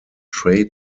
trade